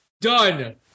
done